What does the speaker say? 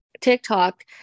TikTok